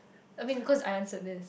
I mean cause I answered this